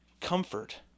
comfort